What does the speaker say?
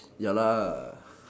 ya lah